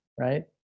right